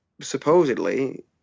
supposedly